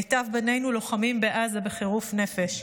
מיטב בנינו לוחמים בעזה בחירוף נפש.